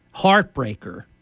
heartbreaker